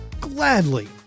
Gladly